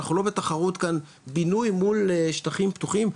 אנחנו לא בתחרות כאן בינוי מול שטחים פתוחים,